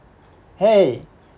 !hey!